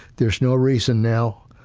there's no reason now,